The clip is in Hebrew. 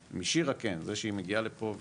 משירה כן, זה שהיא מגיעה לפה ונוכחת.